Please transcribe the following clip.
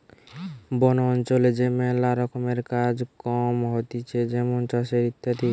বন অঞ্চলে যে ম্যালা রকমের কাজ কম হতিছে যেমন চাষের ইত্যাদি